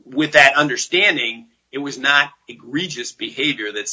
with that understanding it was not regis behavior that